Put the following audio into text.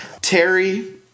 Terry